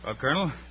Colonel